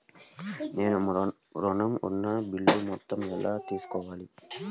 నేను ఋణం ఉన్న బిల్లు మొత్తం ఎలా తెలుసుకోవాలి?